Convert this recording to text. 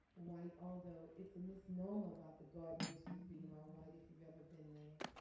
white, although it's a misnomer about the garden district being all white, if you've ever been there,